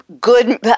Good